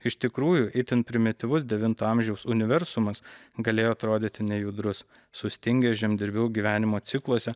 iš tikrųjų itin primityvus devinto amžiaus universumas galėjo atrodyti nejudrus sustingęs žemdirbių gyvenimo cikluose